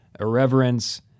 irreverence